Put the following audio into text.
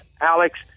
Alex